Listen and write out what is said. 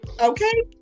okay